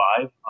five